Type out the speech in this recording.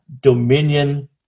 dominion